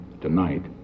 tonight